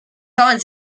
kommen